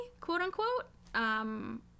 quote-unquote